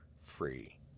Free